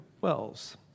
Wells